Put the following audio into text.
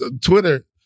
Twitter